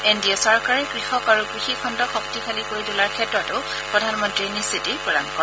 N D A চৰকাৰে কৃষক আৰু কৃষি খণ্ডক শক্তিশালী কৰি তোলাৰ ক্ষেত্ৰতো প্ৰধানমন্ত্ৰীয়ে নিশ্চিতি প্ৰদান কৰে